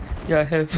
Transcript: ya have